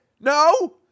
No